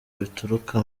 bituruka